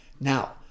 Now